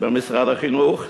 במשרד החינוך,